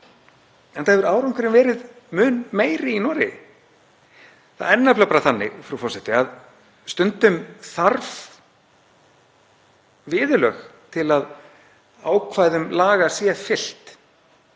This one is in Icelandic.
enda hefur árangurinn verið mun meiri í Noregi. Það er nefnilega þannig, frú forseti, að stundum þarf viðurlög til að ákvæðum laga sé fylgt